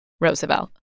Roosevelt